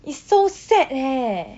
it's so sad leh